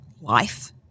life